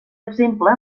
exemple